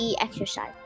exercise